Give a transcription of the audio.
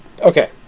Okay